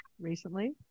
recently